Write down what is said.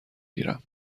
گیرم